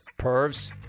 Pervs